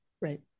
Right